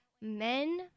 men